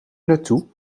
naartoe